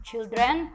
children